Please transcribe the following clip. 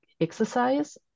exercise